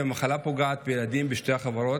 והמחלה פוגעת בילדים בשתי החברות,